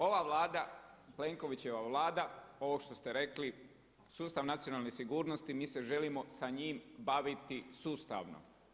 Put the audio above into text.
Ova Vlada Plenkovićeva Vlada ovo što ste rekli sustav nacionalne sigurnosti, mi se želimo sa njim baviti sustavno.